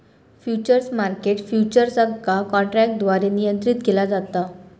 futures market futures का काँट्रॅकद्वारे नियंत्रीत केला जाता